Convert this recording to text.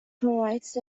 provides